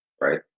Right